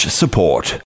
support